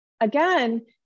again